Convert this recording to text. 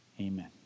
amen